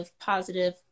positive